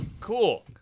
Cool